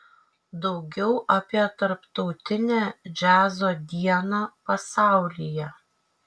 daugiau apie tarptautinę džiazo dieną pasaulyje